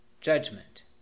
judgment